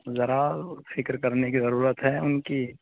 ذرا فکر کرنے کی ضرورت ہے ان کی